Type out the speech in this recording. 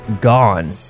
gone